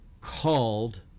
called